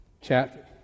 Chapter